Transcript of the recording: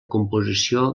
composició